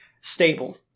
stable